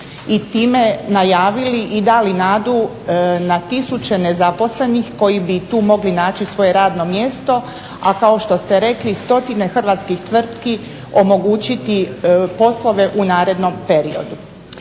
i time najavili i dali nadu na tisuće nezaposlenih koji bi tu mogli naći svoje radno mjesto, a kao što ste rekli stotine hrvatskih tvrtki omogućiti poslove u narednom periodu.